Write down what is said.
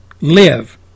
live